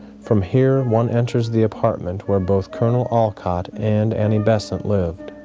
from here, one enters the apartment where both col. olcott and annie besant lived.